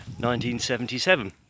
1977